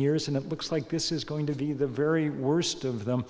years and it looks like this is going to be the very worst of them